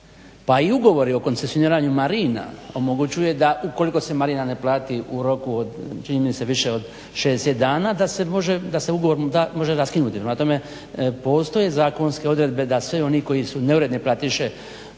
pa i ugovori o koncesioniranju marina omogućuje da ukoliko s marina ne plati u roku čini mi se više od 60 dana da se ugovor može raskinuti. Prema tome postoje zakonske odredbe da svi oni koji su neuredni platiše